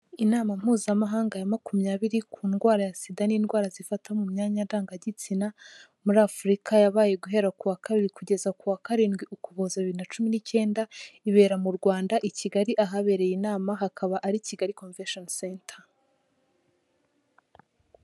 Inama mpuzamahanga ya makumyabiri ku ndwara ya SIDA n'indwara zifata mu myanya ndangagitsina muri Afurika, yabaye guhera ku wa kabiri kugeza ku wa karindwi ukuboza bibiri na cumi n'ikenda, ibera mu Rwanda i Kigali, ahabereye inama hakaba ari Kigali Convention center.